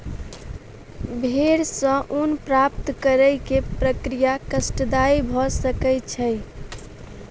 भेड़ सॅ ऊन प्राप्त करै के प्रक्रिया कष्टदायी भ सकै छै